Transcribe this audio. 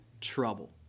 trouble